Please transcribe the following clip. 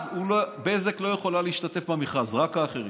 אז בזק לא יכולה להשתתף במכרז, רק האחרים,